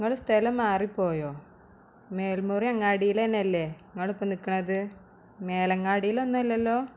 ഇങ്ങടെ സ്ഥലം മാറിപ്പോയോ മേൽമുറി അങ്ങാടീലന്നെയല്ലേ ഇങ്ങളിപ്പ നിൽക്കണത് മേലങ്ങാടീലൊന്നല്ലല്ലോ